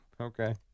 Okay